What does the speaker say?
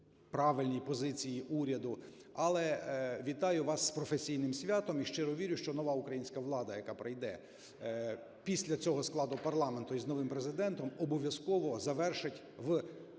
правильній позиції уряду, але, вітаю вас з професійним святом і щиро вірю, що нова українська влада, яка прийде після цього складу парламенту і з новим Президентом, обов'язково завершить в